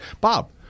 Bob